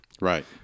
Right